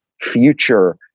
future